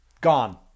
Gone